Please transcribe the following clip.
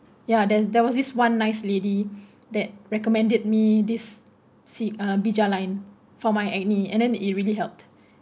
ya there's there was this one nice lady that recommended me this se~ uh bija line for my acne and then it really helped